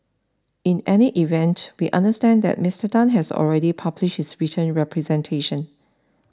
in any event we understand that Mister Tan has already published his written representation